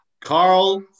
Carl